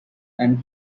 and